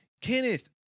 Kenneth